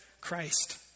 Christ